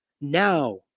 Now